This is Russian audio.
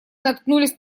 наткнулись